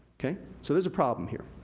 okay, so there's a problem here.